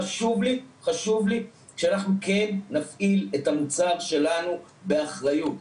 חשוב לי שאנחנו כן נפעיל את המוצר שלנו באחריות,